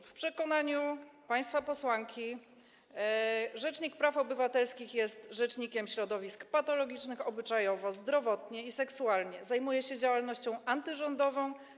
W przekonaniu państwa posłanki rzecznik praw obywatelskich jest rzecznikiem środowisk patologicznych obyczajowo, zdrowotnie i seksualnie, zajmuje się działalnością antyrządową.